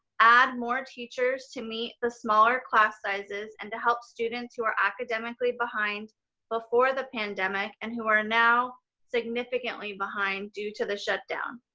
add more teachers to meet the smaller class sizes and to help students who were academically behind before the pandemic and who are now significantly behind due to the shutdown.